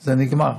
שזה נגמר,